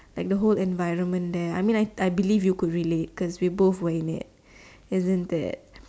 like the whole environment there I mean I believe you can relate because we were both in there